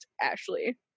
Ashley